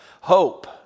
Hope